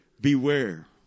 Beware